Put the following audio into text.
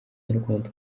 nyarwanda